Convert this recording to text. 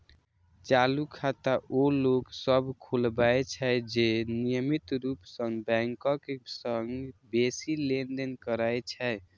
चालू खाता ओ लोक सभ खोलबै छै, जे नियमित रूप सं बैंकक संग बेसी लेनदेन करै छै